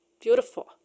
beautiful